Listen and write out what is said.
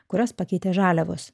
kuriuos pakeitė žaliavos